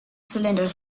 cylinder